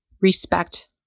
respect